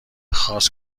خاص